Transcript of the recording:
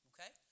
Okay